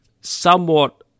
somewhat